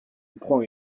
prends